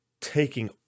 taking